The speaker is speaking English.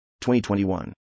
2021